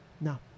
No